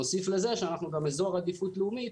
נוסיף לזה שאנחנו גם אזור עדיפות לאומית